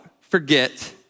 forget